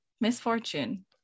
misfortune